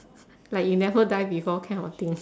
like you never die before kind of thing